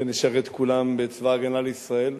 ונשרת כולם בצבא-הגנה לישראל.